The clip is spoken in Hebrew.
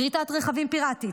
גריטת רכבים פירטית,